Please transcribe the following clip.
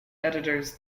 editors